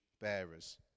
bearers